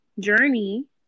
journey